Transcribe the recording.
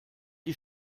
die